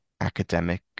academic